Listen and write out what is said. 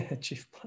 Chief